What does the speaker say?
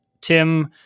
Tim